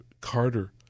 Carter